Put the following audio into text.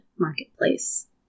Marketplace